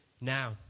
now